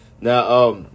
Now